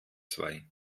zwei